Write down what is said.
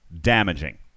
damaging